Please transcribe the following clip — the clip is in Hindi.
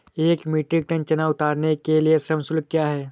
एक मीट्रिक टन चना उतारने के लिए श्रम शुल्क क्या है?